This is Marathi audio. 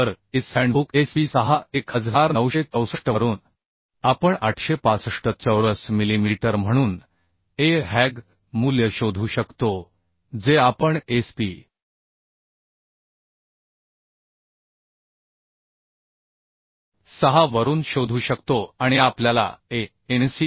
तर IS हँडबुक SP6 1964 वरून आपण 865 चौरस मिलीमीटर म्हणून ag मूल्य शोधू शकतो जे आपण SP 6 वरून शोधू शकतो आणि आपल्याला anc